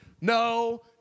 no